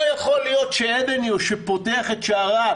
לא יכול להיות ש"אבניו" שפותח את שעריו